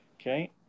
Okay